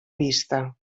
vista